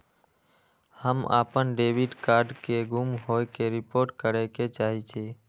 हम अपन debit card के गुम होय के रिपोर्ट करे के चाहि छी